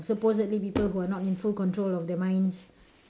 supposedly people are not in full control of their minds